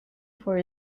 for